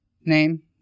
Name